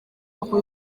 aho